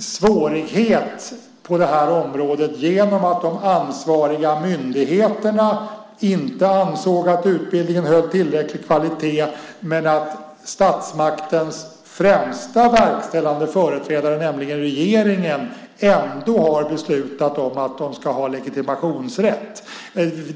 svårighet på det här området genom att de ansvariga myndigheterna inte ansåg att utbildningen höll tillräcklig kvalitet, medan statsmaktens främsta verkställande företrädare, nämligen regeringen, ändå beslutade att den skulle ha legitimationsrätt.